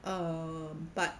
um but